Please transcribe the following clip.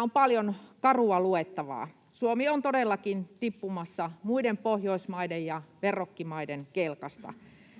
on paljon karua luettavaa. Suomi on todellakin tippumassa muiden Pohjoismaiden ja verrokkimaiden kelkasta